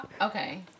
Okay